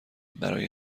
برای